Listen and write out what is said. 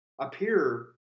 appear